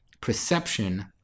perception